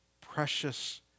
precious